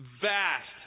vast